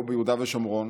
או ביהודה ושומרון,